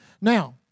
Now